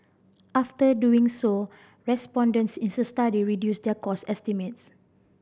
after doing so respondents in the study reduced their cost estimates